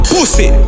Pussy